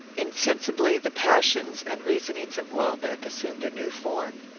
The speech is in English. insensibly the passions and reasonings of welbeck assumed a new form.